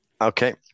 Okay